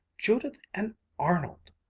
judith and arnold!